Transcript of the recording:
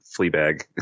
Fleabag